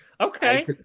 okay